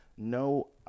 No